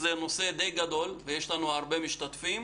זה נושא די גדול ויש לנו הרבה משתתפים